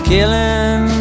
Killing